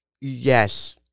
Yes